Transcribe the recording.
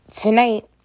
Tonight